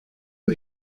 you